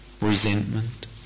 resentment